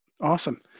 Awesome